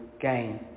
gain